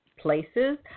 places